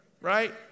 Right